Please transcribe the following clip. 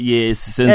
Yes